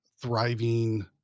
thriving